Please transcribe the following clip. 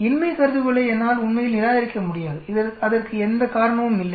இன்மை கருதுகோளை என்னால் உண்மையில் நிராகரிக்க முடியாது அதற்கு எந்த காரணமும் இல்லை